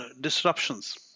disruptions